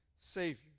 Savior